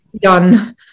done